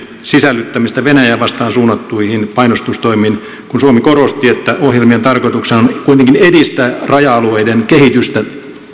sisällyttämistä venäjää vastaan suunnattuihin painostustoimiin kun suomi korosti että ohjelmien tarkoituksena on kuitenkin edistää raja alueiden kehitystä